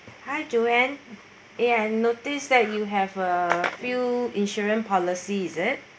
hi joanne ya notice that you have a few insurance policy is it